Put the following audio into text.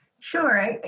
Sure